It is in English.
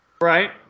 Right